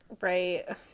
right